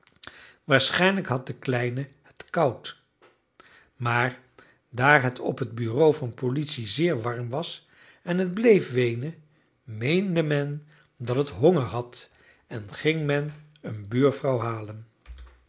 waarschijnlijk had de kleine het koud maar daar het op het bureau van politie zeer warm was en het bleef weenen meende men dat het honger had en ging men een buurvrouw halen